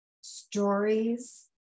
stories